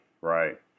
right